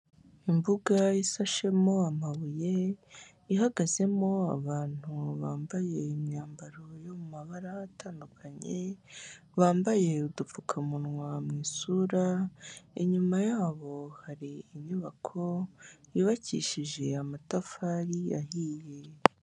Imbuga isashemo amabuye, ihagazemo abantu bambaye imyambaro yo mu mabara atandukanye, bambaye udupfukamunwa mu isura, inyuma yabo hari inyubako yubakishije amatafari ahiye.